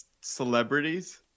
celebrities